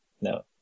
No